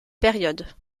période